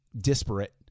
disparate